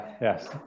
yes